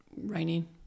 raining